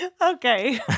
Okay